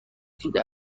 دیده